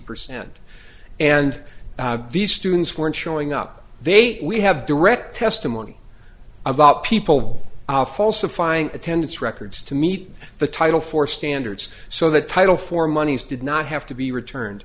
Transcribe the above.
percent and these students weren't showing up they say we have direct testimony about people falsifying attendance records to meet the title for standards so the title for monies did not have to be returned